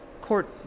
court